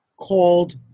called